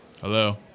Hello